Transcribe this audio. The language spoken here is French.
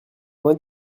vingt